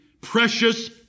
precious